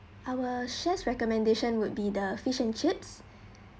our chef's recommendation would be the fish and chips